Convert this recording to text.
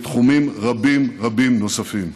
בתחומים רבים רבים נוספים.